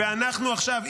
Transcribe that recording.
ועכשיו,